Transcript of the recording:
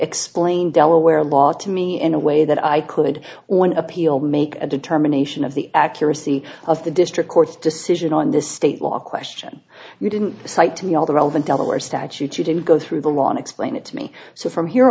explain delaware law to me in a way that i could one appeal make a determination of the accuracy of the district court's decision on the state law question you didn't cite to me all the relevant delaware statute you didn't go through the law on explain it to me so from here